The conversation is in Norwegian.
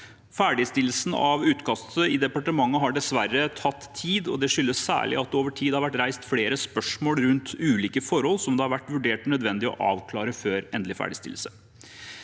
Ferdigstillelsen av utkastet i departementet har dessverre tatt tid, og det skyldes særlig at det over tid har vært reist flere spørsmål rundt ulike forhold som det har vært vurdert nødvendig å avklare før endelig ferdigstillelse.